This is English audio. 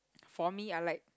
for me I like